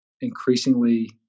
increasingly